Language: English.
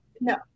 No